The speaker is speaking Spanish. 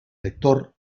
lector